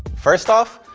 first off,